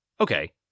okay